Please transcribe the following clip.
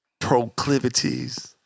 Proclivities